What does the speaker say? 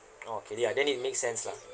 okay ya then it makes sense lah